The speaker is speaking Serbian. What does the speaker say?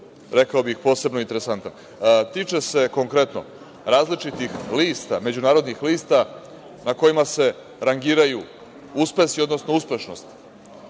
rekao bih, posebno interesantan. Tiče se konkretno različitih lista međunarodni lista na kojima se rangiraju uspesi, odnosno uspešnost